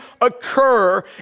occur